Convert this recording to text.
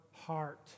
heart